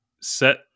set